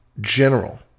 General